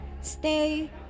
Stay